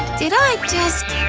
did i just,